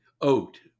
oat